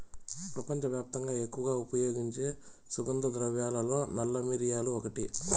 ప్రపంచవ్యాప్తంగా ఎక్కువగా ఉపయోగించే సుగంధ ద్రవ్యాలలో నల్ల మిరియాలు ఒకటి